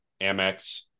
Amex